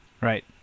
Right